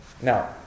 Now